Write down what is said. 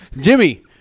Jimmy